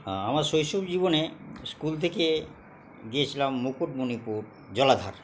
আমার শৈশব জীবনে স্কুল থেকে গিয়েছিলাম মুকুটমণিপুর জলাধার